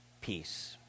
peace